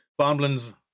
Bomblins